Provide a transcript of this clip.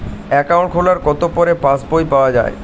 Account খোলার কতো পরে পাস বই পাওয়া য়ায়?